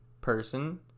person